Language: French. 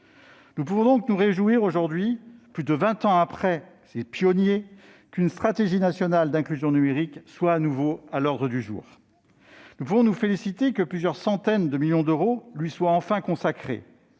Nous pouvons donc nous réjouir aujourd'hui, plus de vingt ans après ces pionniers, qu'une stratégie nationale d'inclusion numérique soit de nouveau à l'ordre du jour. Nous ne pouvons que nous féliciter du fait que plusieurs centaines de millions d'euros lui soient enfin consacrées